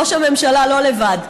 ראש הממשלה לא לבד.